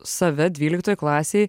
save dvyliktoj klasėj